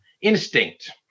instinct